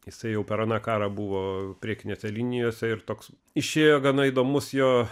jisai jau per aną karą buvo priekinėse linijose ir toks išėjo gana įdomus jo